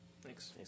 Thanks